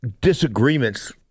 disagreements